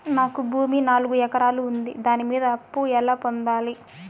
నాకు భూమి నాలుగు ఎకరాలు ఉంది దాని మీద అప్పు ఎలా పొందాలి?